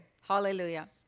hallelujah